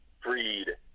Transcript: Freed